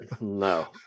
no